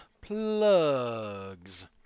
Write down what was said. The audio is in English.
plugs